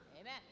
Amen